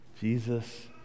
Jesus